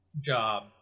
job